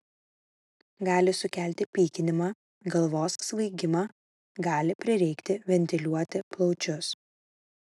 gali sukelti pykinimą galvos svaigimą gali prireikti ventiliuoti plaučius